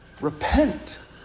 repent